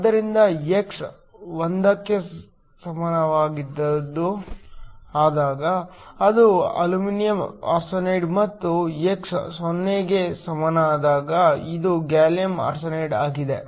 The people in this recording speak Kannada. ಆದ್ದರಿಂದ x 1 ಕ್ಕೆ ಸಮವಾದಾಗ ಅದು ಅಲ್ಯೂಮಿನಿಯಂ ಆರ್ಸೆನೈಡ್ ಮತ್ತು x 0 ಕ್ಕೆ ಸಮನಾದಾಗ ಇದು ಗ್ಯಾಲಿಯಂ ಆರ್ಸೆನೈಡ್ ಆಗಿದೆ